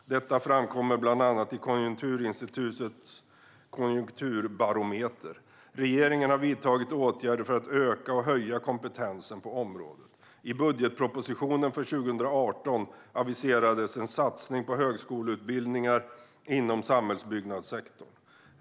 Detta framkommer bland annat i Konjunkturinstitutets konjunkturbarometer. Regeringen har vidtagit åtgärder för att öka och höja kompetensen på området. I budgetpropositionen för 2018 aviserades en satsning på högskoleutbildningar inom samhällsbyggnadssektorn.